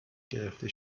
گرفته